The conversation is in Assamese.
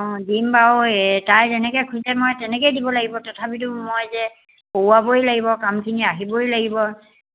অঁ দিম বাৰু তাই যেনেকে খোঁজে মই তেনেকেই দিব লাগিব তথাপিতো মই যে কৰোৱাবই লাগিব কামখিনি আহিবই লাগিব